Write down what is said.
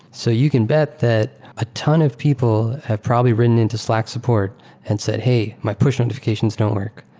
so you can bet that a ton of people have probably written into slack support and said, hey, my push notifications don't work.